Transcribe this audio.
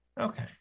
Okay